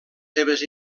seves